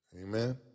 Amen